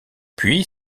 puis